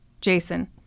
Jason